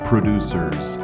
producers